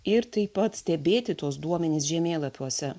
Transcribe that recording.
ir taip pat stebėti tuos duomenis žemėlapiuose